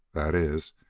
that is,